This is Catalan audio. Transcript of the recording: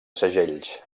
segells